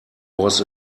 was